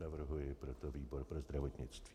Navrhuji proto výbor pro zdravotnictví.